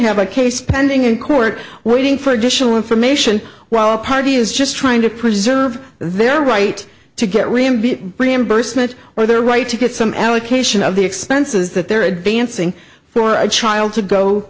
have a case pending in court waiting for additional information while a party is just trying to preserve their right to get reimbursed reimbursement for their right to get some allocation of the expenses that they're advancing for a child to go